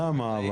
למה?